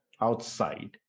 outside